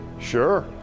sure